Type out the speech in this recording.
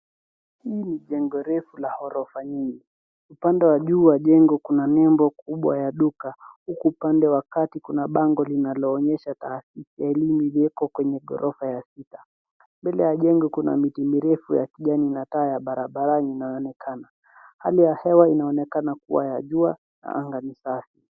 Hii ni jengo ndefu la gorofa nyingi. Upande wa juu wa jengo kuna nembo kubwa ya duka, huku upande wa kati kuna bango linaloonyesha taasisi ya elimu iliyoko kwenye gorofa ya sita. Mbele ya jengo kuna miti mirefu ya kijani na taa ya barabara inayoonekana. Hali ya hewa inaonekana kuwa ya jua na anga ni safi.